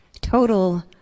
total